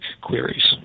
queries